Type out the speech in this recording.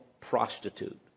prostitute